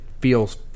feels